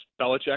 Belichick